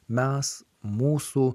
mes mūsų